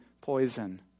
poison